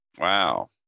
Wow